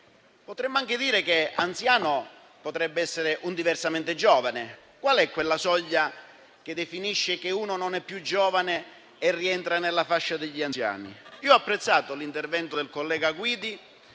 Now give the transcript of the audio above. Potremmo anche dire che un anziano potrebbe essere un diversamente giovane. Qual è la soglia che definisce che non si è più giovani e si rientra nella fascia degli anziani? Io ho apprezzato l'intervento del collega Guidi,